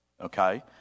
Okay